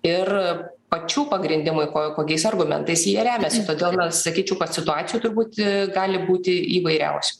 ir pačių pagrindimui ko kokiais argumentais jie remiasi todėl sakyčiau kad situacijų turbūt gali būti įvairiausių